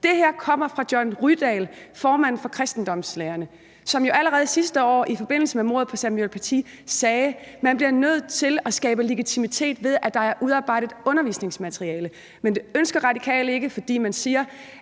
Det her kommer fra John Rydahl, formand for Religionslærerforeningen, som jo allerede sidste år i forbindelse med mordet på Samuel Paty sagde: Man bliver nødt til at skabe legitimitet, ved at der er udarbejdet undervisningsmateriale. Men det ønsker Radikale ikke, fordi man mener,